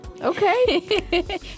Okay